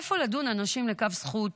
איפה לדון אנשים לכף זכות?